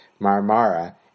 Marmara